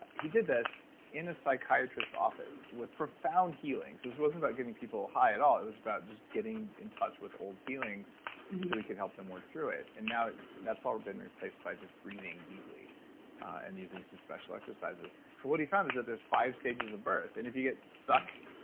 ah he did this in a psychiatrist office, with profound healings. this wasn't about getting people high at all, it was about just getting in touch with old feelings so we can help them work through it. and now, that's all been replaced by just breathing deeply and using some special exercises but what he found is that there's five stages of birth. and if you get stuck